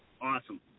Awesome